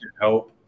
help